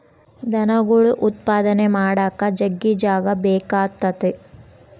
ದನಗುಳ್ ಉತ್ಪಾದನೆ ಮಾಡಾಕ ಜಗ್ಗಿ ಜಾಗ ಬೇಕಾತತೆ